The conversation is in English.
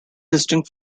distinct